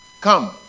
Come